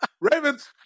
Ravens